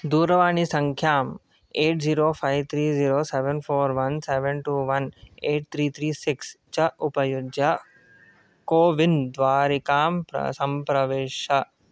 दूरवाणीसङ्ख्याम् eight zero five three zero seven four one seven two one eight three three six च उपयुज्य कोविन् द्वारिकां प्र सम्प्रविश